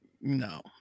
no